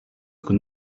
could